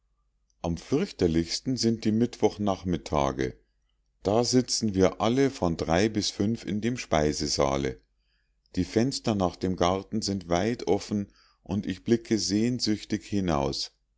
am fürchterlichsten sind die mittwoch nachmittage da sitzen wir alle von drei bis fünf in dem speisesaale die fenster nach dem garten sind weit offen und ich blicke sehnsüchtig hinaus